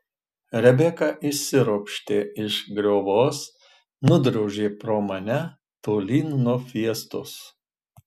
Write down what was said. rebeka išsiropštė iš griovos nudrožė pro mane tolyn nuo fiestos